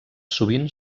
sovint